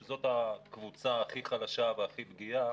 שזאת הקבוצה הכי חלשה והכי פגיעה.